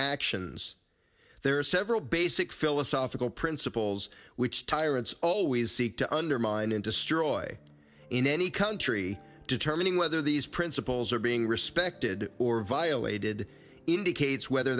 actions there are several basic philosophical principles which tyrants always seek to undermine and destroy in any country determining whether these principles are being respected or violated indicates whether